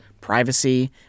privacy